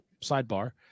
sidebar